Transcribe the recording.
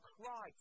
Christ